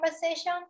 conversation